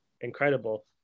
incredible